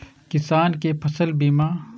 किसान कै फसल बीमा?